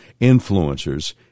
influencers